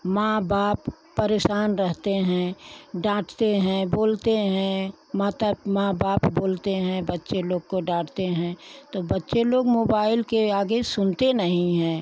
माँ बाप परेशान रहते हैं डाँटते हैं बोलते हैं माता माँ बाप बोलते हैं बच्चे लोग को डांटते हैं तो बच्चे लोग मोबाइल के आगे सुनते नहीं हैं